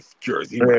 Jersey